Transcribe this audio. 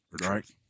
Right